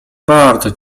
bardzo